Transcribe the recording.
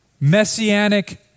messianic